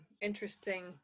interesting